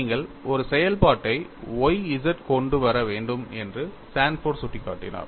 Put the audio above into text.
நீங்கள் ஒரு செயல்பாட்டை Y z கொண்டு வர வேண்டும் என்று சான்ஃபோர்ட் சுட்டிக்காட்டினார்